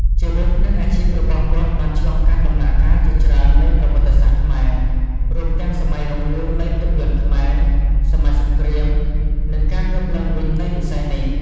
ជីវិត និងអាជីពរបស់គាត់បានឆ្លងកាត់ដំណាក់កាលជាច្រើននៃប្រវត្តិសាស្ត្រខ្មែរ រួមទាំងសម័យរុងរឿងនៃភាពយន្តខ្មែរ សម័យសង្រ្គាម និងការងើបឡើងវិញនៃវិស័យនេះ។